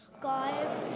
God